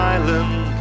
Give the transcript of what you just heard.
Island